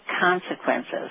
consequences